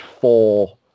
four